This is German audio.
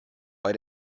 bei